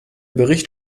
bericht